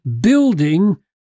building